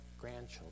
grandchildren